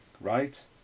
right